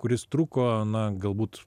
kuris truko na galbūt